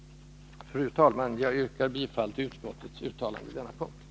Fru talman! Jag ansluter mig till utskottets uttalande på denna punkt.